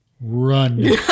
Run